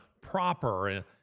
proper